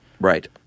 right